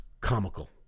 comical